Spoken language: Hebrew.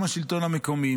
עם השלטון המקומי,